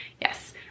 Yes